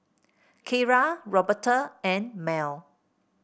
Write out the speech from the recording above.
Keira Roberta and Mell